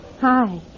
Hi